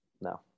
No